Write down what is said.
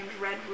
Red